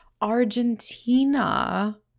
Argentina